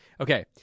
Okay